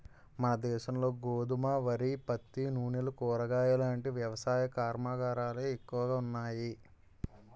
మనదేశంలో గోధుమ, వరి, పత్తి, నూనెలు, కూరగాయలాంటి వ్యవసాయ కర్మాగారాలే ఎక్కువగా ఉన్నాయి